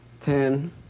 ten